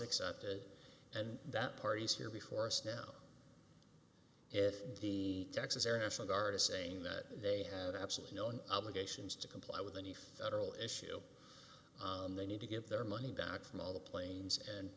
accepted and that parties here before us now if the texas air national guard is saying that they have absolutely no and obligations to comply with any federal issue they need to get their money back from all the planes and